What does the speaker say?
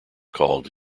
called